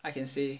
I can say